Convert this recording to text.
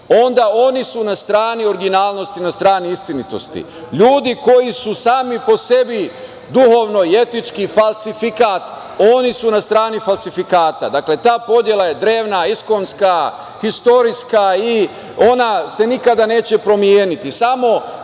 onda oni su na strani originalnosti, na strani istinitosti. Ljudi koji su sami po sebi duhovno i etički falsifikat, oni su na strani falsifikata. Dakle, ta podela je drevna, iskonska, istorijska i ona se nikada neće promeniti.